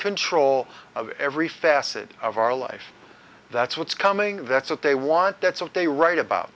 control of every facet of our life that's what's coming that's what they want that's what they write about